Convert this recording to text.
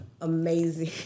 amazing